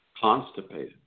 constipated